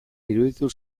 iruditu